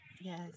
yes